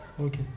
Okay